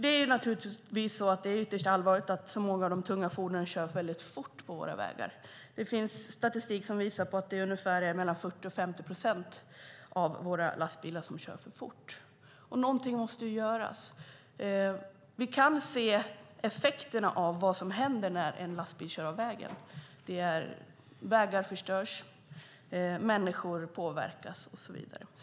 Det är naturligtvis ytterst allvarligt att så många av de tunga fordonen kör väldigt fort på våra vägar. Det finns statistik som visar att 40-50 procent av våra lastbilar kör för fort. Någonting måste göras. Vi kan se effekterna av vad som händer när en lastbil kör av vägen. Vägar förstörs, människor påverkas och så vidare.